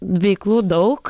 veiklų daug